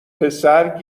پسر